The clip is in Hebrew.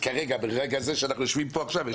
כאשר כרגע יש שם הרבה יותר אנשים.